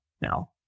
now